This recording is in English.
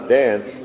dance